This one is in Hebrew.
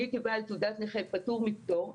אני כבעל תעודת נכה פטור מתור,